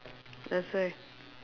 that's why